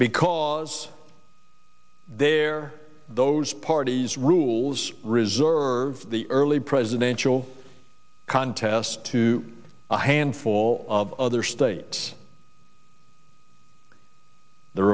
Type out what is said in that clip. because there those party's rules reserves the early presidential contest to a handful of other states the